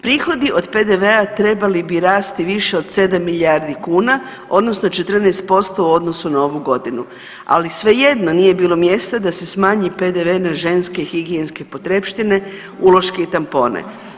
Prihodi od PVD-a trebali bi rasti više od 7 milijardi kuna odnosno 14% u odnosu na ovu godinu, ali svejedno nije bilo mjesta da se smanji PDV na ženske higijenske potrepštine uloške i tampone.